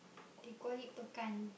they call it pekan